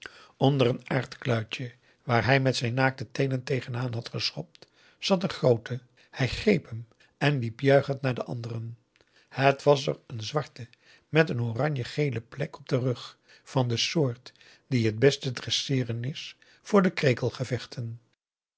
onder een aardkluitje waar hij met augusta de wit orpheus in de dessa zijn naakte teenen tegen aan had geschopt zat een groote hij greep hem en liep juichend naar de anderen het was er een zwarte met een oranje gele plek op den rug van de soort die het best te dresseeren is voor de